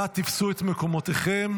נא תפסו את מקומותיכם.